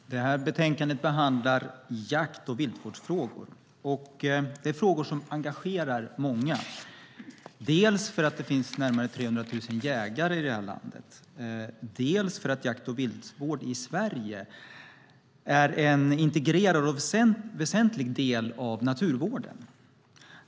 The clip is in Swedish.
Fru talman! Det här betänkandet behandlar jakt och viltvårdsfrågor. Det är frågor som engagerar många, dels för att det finns närmare 300 000 jägare i landet, dels för att jakt och viltvård i Sverige är en integrerad och väsentlig del av naturvården.